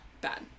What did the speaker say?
bad